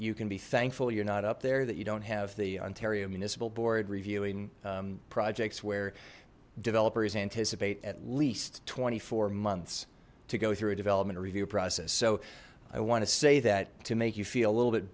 you can be thankful you're not up there that you don't have the ontario municipal board reviewing projects where developers anticipate at least twenty four months to go through a development review process so i want to say that to make you feel a little bit